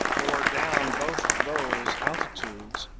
or down both those altitudes,